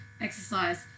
exercise